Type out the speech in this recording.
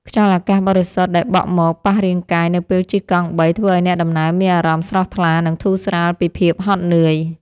ខ្យល់អាកាសបរិសុទ្ធដែលបក់មកប៉ះរាងកាយនៅពេលជិះកង់បីធ្វើឱ្យអ្នកដំណើរមានអារម្មណ៍ស្រស់ថ្លានិងធូរស្រាលពីភាពហត់នឿយ។